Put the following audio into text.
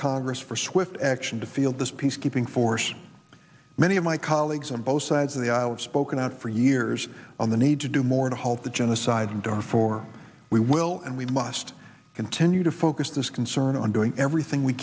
congress for swift action to field this peacekeeping force many of my colleagues on both sides of the aisle spoken out for years on the need to do more to halt the genocide and are for we will and we must continue to focus this concern on doing everything we